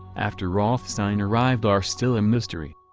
after rothstein arrived are still a mystery.